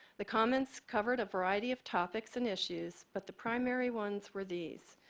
the comments covered a variety of topics and issues, but the primary ones were these.